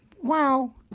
Wow